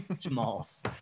jamal's